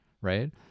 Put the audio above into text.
right